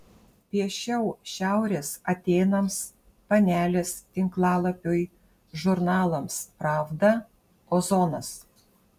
piešiau šiaurės atėnams panelės tinklalapiui žurnalams pravda ozonas